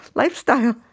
lifestyle